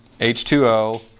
H2O